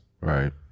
right